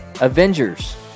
Avengers